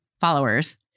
followers